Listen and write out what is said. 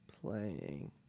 playing